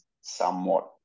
somewhat